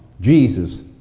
Jesus